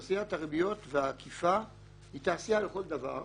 תעשיית הריביות והאכיפה היא תעשייה לכל דבר,